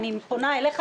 אני פונה אליך,